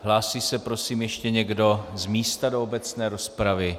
Hlásí se, prosím, ještě někdo z místa do obecné rozpravy.